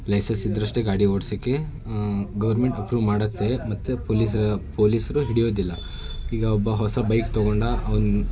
licence ಇದ್ದರೆ ಅಷ್ಟೆ ಗಾಡಿ ಓಡ್ಸೋಕ್ಕೆ ಗವರ್ಮೆಂಟ್ ಅಪ್ರೂವ್ ಮಾಡುತ್ತೆ ಮತ್ತೆ ಪೋಲೀಸ್ ಪೋಲೀಸ್ರು ಹಿಡಿಯೋದಿಲ್ಲ ಈಗ ಒಬ್ಬ ಹೊಸ ಬೈಕ್ ತೊಗೊಂಡ ಅವ್ನು